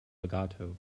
legato